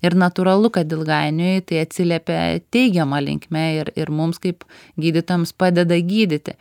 ir natūralu kad ilgainiui tai atsiliepia teigiama linkme ir ir mums kaip gydytojams padeda gydyti